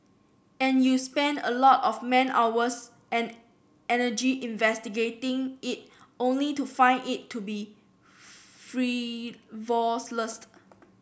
and you spend a lot of man hours and energy investigating it only to find it to be